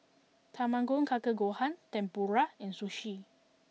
Tamago Kake Gohan Tempura and Sushi